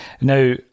Now